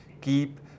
keep